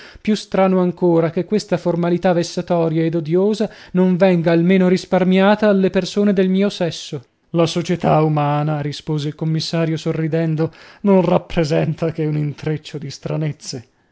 più strano ancora che questa formalità vessatoria ed odiosa non venga almeno risparmiata alle persone del mio sesso la società umana rispose il commissario sorridendo non rappresenta che un intreccio di stranezze